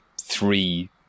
three